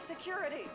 Security